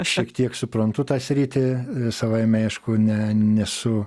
šiek tiek suprantu tą sritį savaime aišku ne nesu